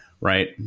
right